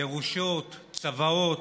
ירושות, צוואות,